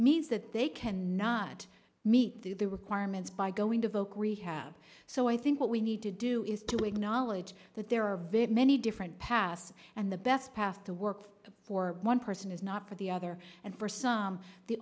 means that they cannot meet through the requirements by going to vocal rehab so i think what we need to do is to acknowledge that there are very many different paths and the best path to work for one person is not for the other and for some the